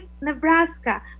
Nebraska